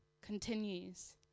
continues